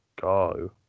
go